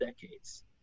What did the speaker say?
decades